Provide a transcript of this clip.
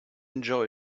enjoy